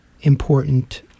important